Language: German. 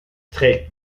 trägt